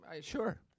Sure